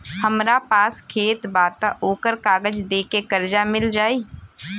हमरा पास खेत बा त ओकर कागज दे के कर्जा मिल जाई?